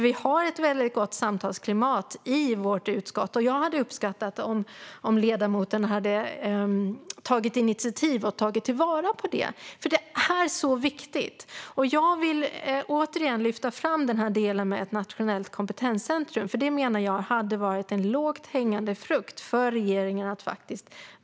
Vi har ju ett väldigt gott samtalsklimat i vårt utskott, och jag hade uppskattat om ledamoten hade tagit initiativ för att ta vara på detta - det är så viktigt. Jag vill återigen lyfta fram den del som handlar om ett nationellt kompetenscentrum. Jag menar att det hade varit en lågt hängande frukt för regeringen att verkställa detta.